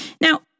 Now